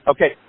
Okay